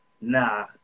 nah